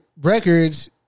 records